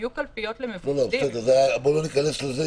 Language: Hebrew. יהיו קלפיות למבודדים --- בואו לא ניכנס לזה,